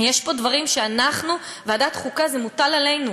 יש פה דברים שאנחנו, ועדת חוקה, זה מוטל עלינו.